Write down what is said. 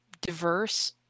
diverse